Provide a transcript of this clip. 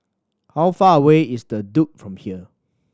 how far away is The Duke from here